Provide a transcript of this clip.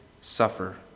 suffer